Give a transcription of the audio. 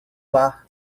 bar